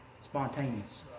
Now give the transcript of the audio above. spontaneous